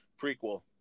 prequel